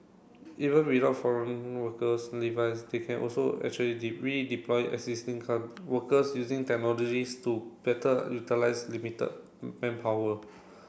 even without foreign workers they can also actually redeploy existing can workers using technologies to better utilise limited manpower